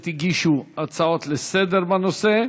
3793,